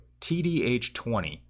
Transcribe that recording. TDH20